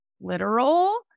literal